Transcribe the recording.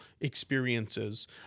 experiences